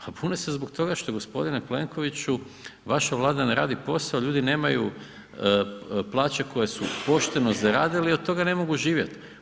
Pa bune se zbog toga što g. Plenkoviću vaša Vlada ne radi posao, ljudi nemaju plaće koje su pošteno zaradili i od toga ne mogu živjeti.